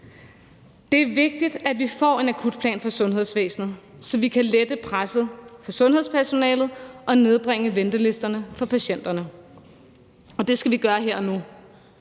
Det er vigtigt, at vi får en akutplan for sundhedsvæsenet, så vi kan lette presset på sundhedspersonalet og nedbringe ventelisterne for patienterne, og det skal vi gøre her og nu.